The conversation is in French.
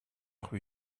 rue